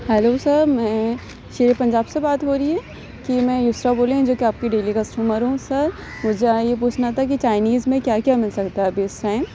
hello sir میں شیر پنجاب سے بات ہو رہی ہے کی میں یسرا بول رہی ہوں جو کہ آپ کی ڈیلی کسٹمر ہوں سر مجھے یہاں یہ پوچھنا تھا کہ چائینیز میں کیا کیا مل سکتا ہے ابھی اِس ٹائم